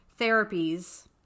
therapies